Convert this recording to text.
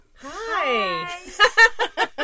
Hi